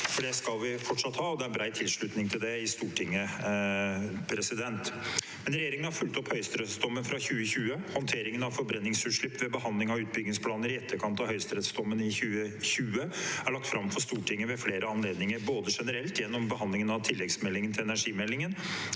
For det skal vi fortsatt ha, og det er bred tilslutning til det i Stortinget. Regjeringen har fulgt opp høyesterettsdommen fra 2020. Håndteringen av forbrenningsutslipp ved behandling av utbyggingsplaner i etterkant av høyesterettsdommen i 2020 er lagt fram for Stortinget ved flere anledninger, både generelt, gjennom behandlingen av tilleggsmeldingen til energimeldingen,